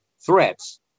threats